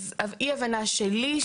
אז אי-הבנה שלי.